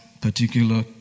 particular